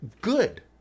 good